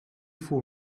who